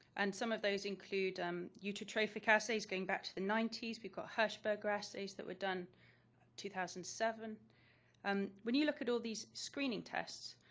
and some of those include eutotrophic assays going back to the ninety s, we've got hershberger assays that were done two thousand and seven um when you look at all these screening tests,